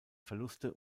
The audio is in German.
verluste